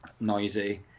noisy